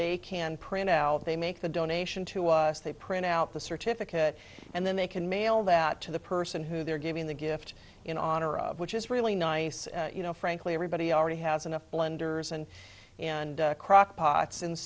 they can print out they make the donation to us they print out the certificate and then they can mail that to the person who they're giving the gift in honor of which is really nice you know frankly everybody already has enough blenders and and crockpots and